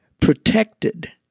protected